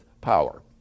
power